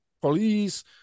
police